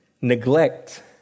neglect